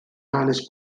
hanes